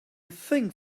think